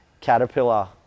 Caterpillar